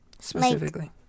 Specifically